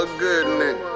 goodness